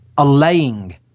Allaying